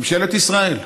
ממשלת ישראל.